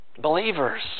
believers